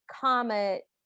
comet